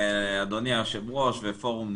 אדוני היושב ראש ופורום נכבד,